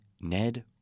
Ned